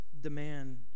demand